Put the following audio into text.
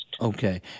Okay